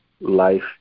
life